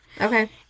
Okay